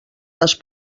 les